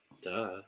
Duh